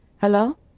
Hello